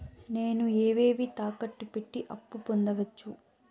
నేను ఏవేవి తాకట్టు పెట్టి అప్పు పొందవచ్చు?